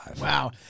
Wow